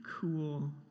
cool